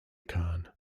khan